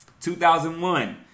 2001